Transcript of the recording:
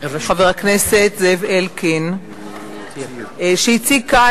חבר הכנסת זאב אלקין, לא זאב.